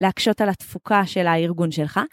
להקשות על התפוקה של הארגון שלך.